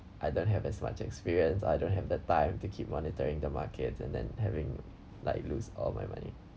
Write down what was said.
I don't have as much experience I don't have the time to keep monitoring the market and then having like lose all my money